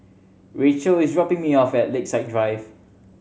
Racheal is dropping me off at Lakeside Drive